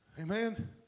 Amen